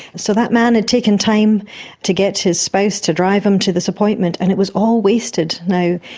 so that man had taken time to get his spouse to drive him to this appointment and it was all wasted. now,